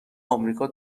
امریکا